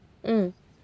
mm